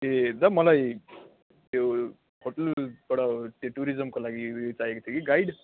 ए दा मलाई त्यो होटलबाट टुरिज्मको लागि उयो चाहिएको थियो कि गाइड